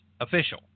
official